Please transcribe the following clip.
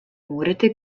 morete